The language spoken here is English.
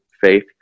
faith